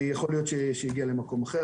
יכול להיות שהיא הגיעה למקום אחר,